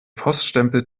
poststempel